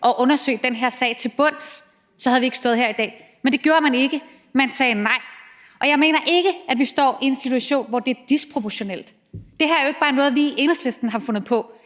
at undersøge den her sag til bunds, så ikke havde stået her i dag. Men det gjorde man ikke. Man sagde nej, og jeg mener ikke, at vi står i en situation, hvor det er disproportionalt. Det her er jo ikke bare noget, vi i Enhedslisten har fundet på,